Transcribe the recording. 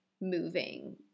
moving